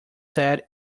said